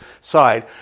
side